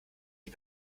die